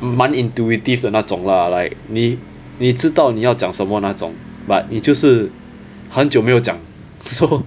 蛮 intuitive 的那种 lah like 你你知道你要讲什么那种 but 你就是很久没有讲 so